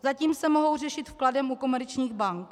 Zatím se mohou řešit vkladem u komerčních bank.